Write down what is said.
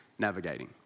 navigating